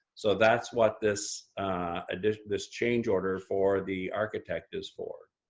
so that's what this addition, this change order for the architect is for.